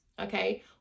okay